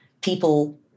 people